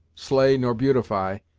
slay nor beautify,